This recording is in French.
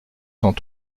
cent